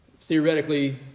theoretically